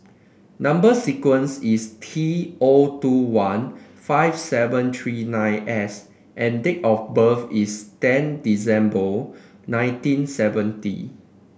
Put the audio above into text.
number sequence is T O two one five seven three nine S and date of birth is ten December nineteen seventy